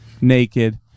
naked